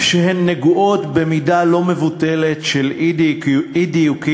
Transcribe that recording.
שהן נגועות במידה לא מבוטלת של אי-דיוקים